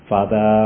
Father